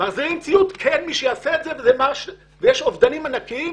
מחזירים ציוד כי אין מי שיעשה את זה ויש אובדנים ענקיים,